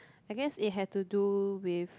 I guess it had to do with